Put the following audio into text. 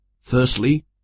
Firstly